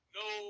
no